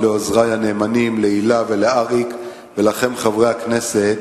לכם, עמיתי חברי הכנסת,